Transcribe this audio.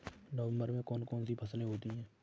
नवंबर में कौन कौन सी फसलें होती हैं?